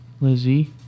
Lizzie